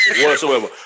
whatsoever